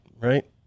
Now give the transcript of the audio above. right